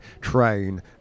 train